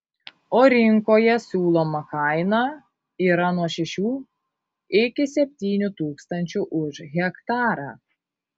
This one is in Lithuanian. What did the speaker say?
o rinkoje siūloma kaina yra nuo šešių iki septynių tūkstančių už hektarą